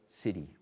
city